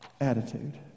Attitude